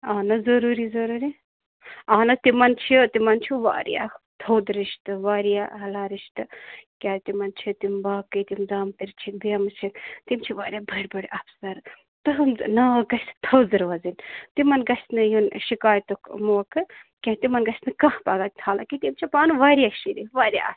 اہن حظ ضروٗری ضروٗری اہن حظ تِمَن چھُ تِمَن چھُ واریاہ تھوٚد رِشتہٕ واریاہ اعلیٰ رِشتہٕ کیٛازِ تِمَن چھِ تِم باقٕے تِم زامتٕرۍ چھِکھ بیمہٕ چھِکھ تِم چھِ واریاہ بٔڑۍ بٔڑۍ اَفسَر تُہنٛد ناو گَژھہِ تھوٚد روزُن تِمَن گَژھہِ نہٕ یُن شِکایتُک موقعہٕ کیٚنٛہہ تِمَن گَژھہِ نہٕ کانٛہہ پَگاہ حالانکہ تِم چھِ پانہٕ واریاہ شریٖف واریاہ اصٕل